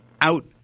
out